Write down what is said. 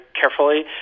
carefully